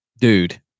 Dude